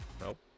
Nope